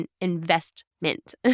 investment